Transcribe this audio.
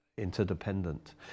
interdependent